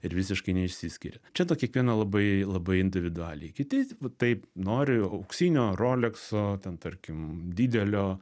ir visiškai neišsiskiria čia to kiekviena labai labai individualiai kiti taip nori auksinio rolekso ten tarkim didelio